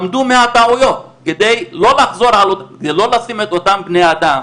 למדו מהטעויות, כדי לא לשים את אותם בני אדם